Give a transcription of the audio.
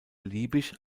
beliebig